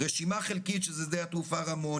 רשימה חלקית זה שדה תעופה רמון,